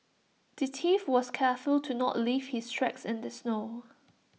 the thief was careful to not leave his tracks in the snow